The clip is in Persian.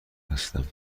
هستم